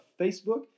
Facebook